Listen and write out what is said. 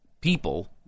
people